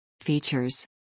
Features